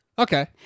Okay